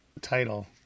title